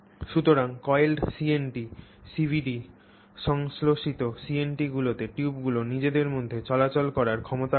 সুতরাং coiled CNT CVD সংশ্লেষিত CNT গুলিতে টিউবগুলির নিজেদের মধ্যে চলাচল করার ক্ষমতা কম